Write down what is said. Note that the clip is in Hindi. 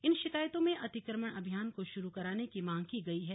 इन शिकायतों में अतिक्रमण अभियान को शुरू कराने की मांग की गई है